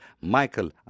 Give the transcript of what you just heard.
Michael